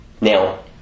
Now